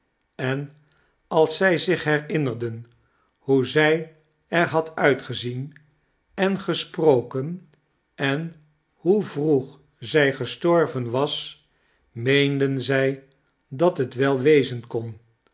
en als zij zich herinnerden hoe zij er had uitgezien en gesproken en hoe vroeg zij gestorven was meenden zij dat het wel wezen kon